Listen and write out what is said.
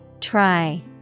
Try